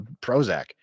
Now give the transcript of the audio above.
Prozac